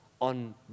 on